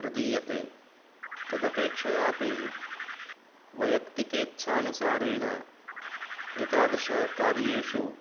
प्रदीयते तदपेक्षयापि वैयक्तिकेच्छानुसारेण एतादृशकार्येषु